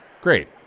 Great